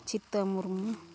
Chhita Murmu